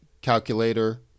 calculator